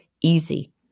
easy